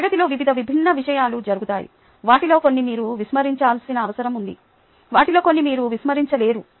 తరగతిలో వివిధ విభిన్న విషయాలు జరుగుతాయి వాటిలో కొన్ని మీరు విస్మరించాల్సిన అవసరం ఉంది వాటిలో కొన్ని మీరు విస్మరించలేరు